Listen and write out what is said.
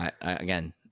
Again